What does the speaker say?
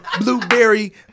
blueberry